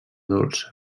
dolça